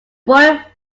boy